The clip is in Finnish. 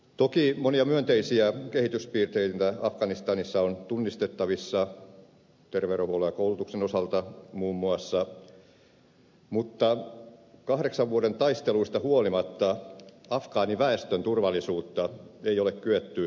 toki monia myönteisiä kehityspiirteitä afganistanissa on tunnistettavissa terveydenhuollon ja koulutuksen osalta muun muassa mutta kahdeksan vuoden taisteluista huolimatta afgaaniväestön turvallisuutta ei ole kyetty parantamaan